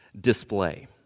display